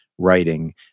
writing